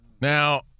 Now